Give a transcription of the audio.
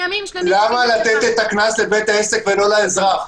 למה לתת את הקנס לבית העסק ולא לאזרח?